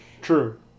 true